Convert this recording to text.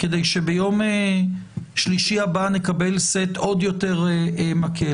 כדי שביום שלישי הבא נקבל סט עוד יותר מקל.